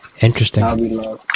interesting